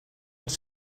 els